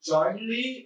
Jointly